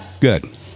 Good